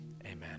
Amen